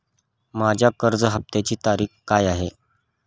माझ्या कर्ज हफ्त्याची तारीख काय आहे?